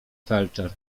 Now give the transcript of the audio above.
felczer